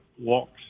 walks